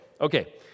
Okay